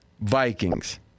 Vikings